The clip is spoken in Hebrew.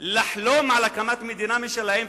לחלום על הקמת מדינה משלהם.